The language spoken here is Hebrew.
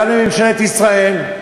גם לממשלת ישראל.